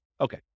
Okay